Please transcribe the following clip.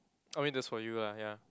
I mean that's for you lah ya